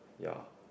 ya